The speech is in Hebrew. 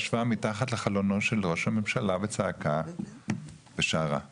ישבה מתחת לחלונו של ראש הממשלה וצעקה ושרה שירים.